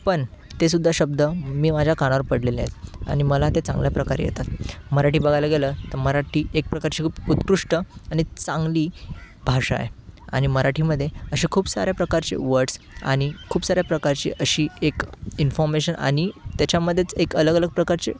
पण तेसुद्धा शब्द मी माझ्या कानावर पडलेले आहेत आणि मला ते चांगल्या प्रकारे येतात मराठी बघायला गेलं तर मराठी एक प्रकारची खूप उत्कृष्ट आणि चांगली भाषा आहे आणि मराठीमध्ये असे खूप साऱ्या प्रकारचे वर्ड्स आणि खूप साऱ्या प्रकारची अशी एक इन्फॉमेशन आणि त्याच्यामध्येच एक अलग अलग प्रकारचे